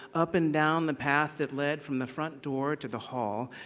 up and down the path that led from the front door to the hall,